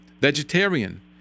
vegetarian